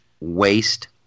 waste